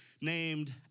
named